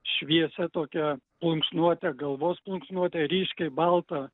šviesia tokia plunksnuote galvos plunksnuote ryškiai balta